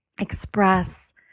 express